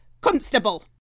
constable